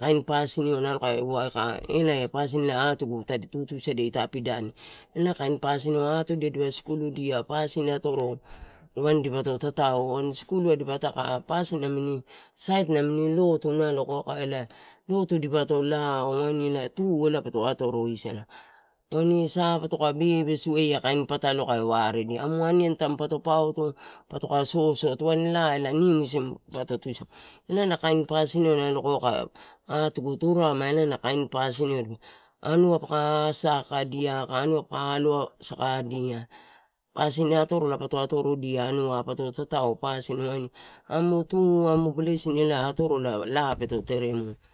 kain pasiniua nalo kaua aka ea atugu tadi tutu sadia ita pidani ela kain pasiniua atudia dipa skuludia pasin atoro waini dipoto, tatao wain skulu dipataka pasin namini sait namini lotu nalo kae ela lotu, dipoto lao waini ela tu peto atoroisala la anua sa patoka bebesu ela kain pataloai kae waredia. Iu aniani tamputo pauto, patoka sotsot wain ela laa ela nimu isimu peto tusala ena kain pasiniua nalo kaua kae waredia atugu, turarema ela na kain pasiniua anua paka asakadia aka anua paka alosakadia pasin atorala pato atorodia anua pato tatao amutu amu blesin atorola elae laa peto teremu.